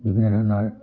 বিভিন্ন ধৰণৰ